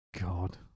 God